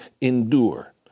endure